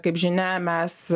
kaip žinia mes